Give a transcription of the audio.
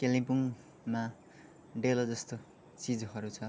कालिम्पोङमा डेलो जस्तो चिजहरू छ